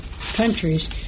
countries